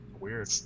weird